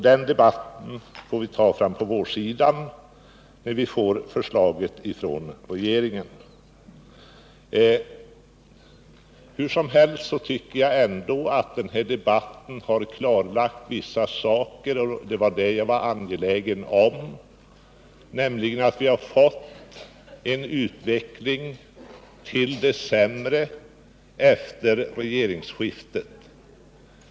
Den debatten får vi ta upp frampå vårsidan då vi får förslaget från regeringen. Hur som helst tycker jag att den här debatten klarlagt vissa saker — och det var det jag var angelägen om — bl.a. att vi fått en utveckling till det sämre efter regeringsskiftet.